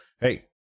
hey